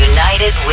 United